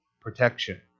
protection